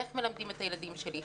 איך מלמדים את הילדים שלי.